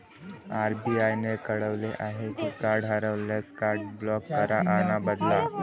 RBI ने कळवले आहे की कार्ड हरवल्यास, कार्ड ब्लॉक करा आणि बदला